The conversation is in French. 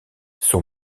son